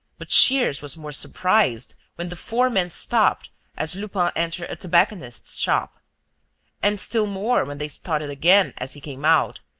but shears was more surprised when the four men stopped as lupin entered a tobacconist's shop and still more when they started again as he came out,